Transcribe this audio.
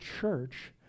church